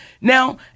Now